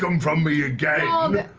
them from me again! um